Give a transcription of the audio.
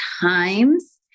times